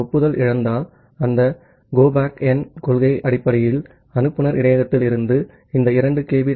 இந்த ஒப்புதல் இழந்தால் அந்த கோ பேக் என் கொள்கையின் அடிப்படையில் அனுப்புநர் இடையகத்தில் இருந்த இந்த 2 kB